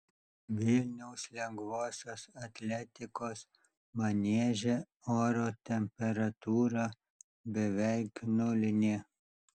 vilniaus lengvosios atletikos manieže oro temperatūra beveik nulinė